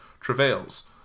travails